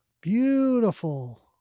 beautiful